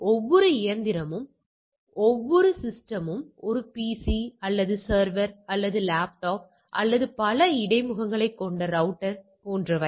ஒவ்வொரு இயந்திரமும் ஒவ்வொரு சிஸ்டம் யும் ஒரு பிசி அல்லது சர்வர் அல்லது லேப்டாப் அல்லது பல இடைமுகங்களைக் கொண்ட ரௌட்டர் போன்றவை